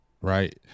Right